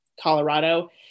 Colorado